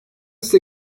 size